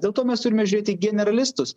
dėl to mes turime žiūrėt į generalistus